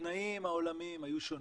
התנאים העולמיים היו שונים,